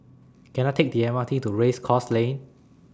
Can I Take The M R T to Race Course Lane